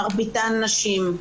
מרביתן נשים.